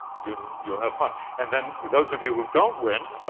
you'll you'll have fun. and then those of you who don't win,